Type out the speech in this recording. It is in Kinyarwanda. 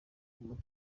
mategeko